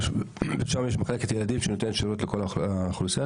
שם יש מחלקת ילדים שנותנת שירות לכל האוכלוסייה,